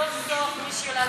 סוף-סוף מישהי עולה לדבר,